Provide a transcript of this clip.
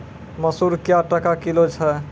मसूर क्या टका किलो छ?